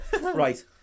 right